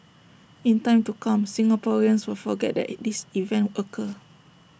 in time to come Singaporeans will forget that this event occur